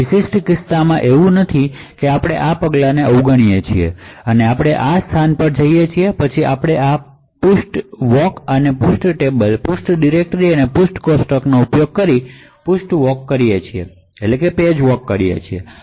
આ કિસ્સામાં તેવું નથી તેથી આપણે આ પગલાંને અવગણીએ છીએ અને આપણે આ સ્થાન પર જઈએ છીએ પછી આપણે પરંપરાગત પેજ ટેબલ પેજ ડિરેક્ટરીઓ અને પેજ કોષ્ટકોનો ઉપયોગ કરીને પેજ વોક કરીએ છીએ